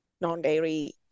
non-dairy